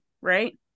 right